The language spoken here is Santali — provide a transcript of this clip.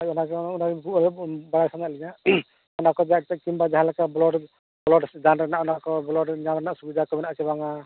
ᱦᱳᱭ ᱚᱱᱟᱜᱮ ᱵᱟᱲᱟᱭ ᱥᱟᱱᱟᱭᱮᱫ ᱞᱤᱧᱟ ᱚᱱᱟ ᱠᱚ ᱠᱤᱝᱵᱟ ᱡᱟᱦᱟᱸ ᱞᱮᱠᱟ ᱵᱞᱟᱰ ᱵᱞᱟᱰ ᱫᱟᱱ ᱨᱮᱭᱟᱜ ᱚᱱᱟ ᱠᱚ ᱵᱞᱟᱰ ᱧᱟᱢ ᱨᱮᱭᱟᱜ ᱥᱩᱵᱤᱫᱟ ᱠᱚᱢᱮᱱᱟᱜᱼᱟ ᱥᱮ ᱵᱟᱝᱼᱟ